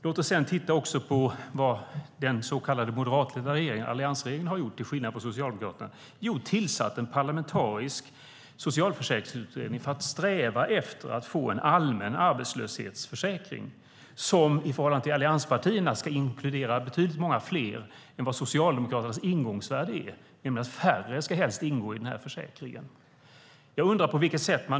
Låt oss sedan också titta på vad den så kallade moderatledda regeringen, alliansregeringen, gjort till skillnad från Socialdemokraterna: tillsatt en parlamentarisk socialförsäkringsutredning för att sträva efter att få en allmän arbetslöshetsförsäkring som inkluderar betydligt fler; Socialdemokraternas ingångsvärde är i stället att helst färre ska ingå i försäkringen.